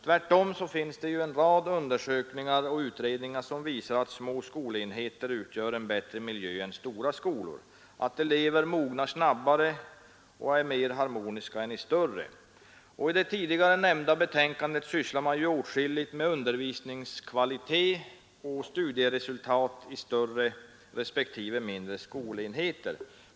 Tvärtom finns det en rad undersökningar och utredningar som visar att små skolenheter utgör en bättre miljö än stora skolor och att eleverna där mognar snabbare och är mer harmoniska än i större. I det tidigare nämnda betänkandet sysslar man åtskilligt med undervisningskvalitet och studieresultat i större respektive mindre skolen 922 heter.